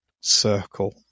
circle